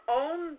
own